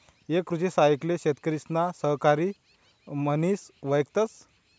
एक कृषि सहाय्यक ले शेतकरिसना सहकारी म्हनिस वयकतस